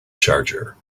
charger